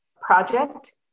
project